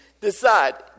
decide